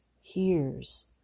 hears